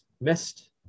missed